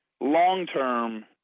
long-term